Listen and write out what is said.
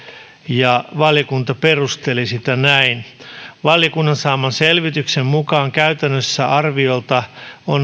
ja valiokunta perusteli sitä näin että valiokunnan saaman selvityksen mukaan käytännössä on arviolta